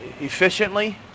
efficiently